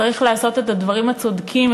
צריך לעשות את הדברים הצודקים,